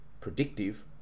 predictive